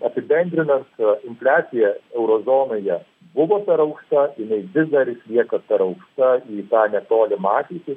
apibendrinant infliacija euro zonoje buvo per aukšta inai vis dar išlieka per aukšta į tą netolimą ateitį